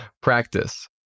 practice